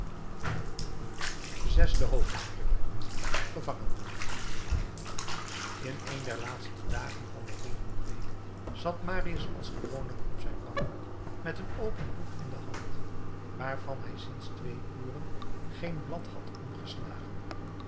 zesde hoofdstuk gevangen gemaakt in een der laatste dagen van de volgende week zat marius als gewoonlijk op zijn bank met een open boek in de hand waarvan hij sinds twee uren geen blad had omgeslagen